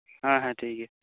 ᱦᱮᱸ ᱦᱮᱸ ᱴᱷᱤᱠ ᱜᱮᱭᱟ